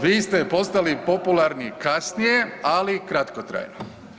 Vi ste postali popularni kasnije, ali kratkotrajno.